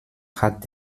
hat